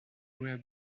were